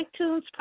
iTunes